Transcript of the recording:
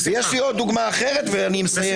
יש לי עוד דוגמה אחרת ואסיים.